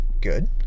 good